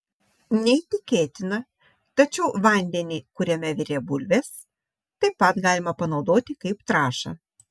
neįtikėtina tačiau vandenį kuriame virė bulvės taip pat galima panaudoti kaip trąšą